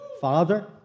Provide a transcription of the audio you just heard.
Father